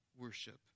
worship